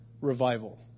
revival